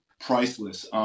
priceless